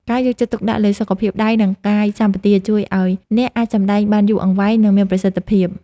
ការយកចិត្តទុកដាក់លើសុខភាពដៃ និង កាយសម្បទាជួយឱ្យអ្នកអាចសម្តែងបានយូរអង្វែង និង មានប្រសិទ្ធភាព។